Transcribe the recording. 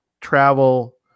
travel